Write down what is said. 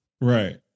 Right